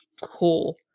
cool